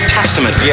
Testament